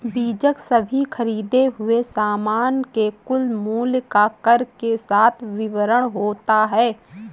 बीजक सभी खरीदें हुए सामान के कुल मूल्य का कर के साथ विवरण होता है